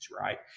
right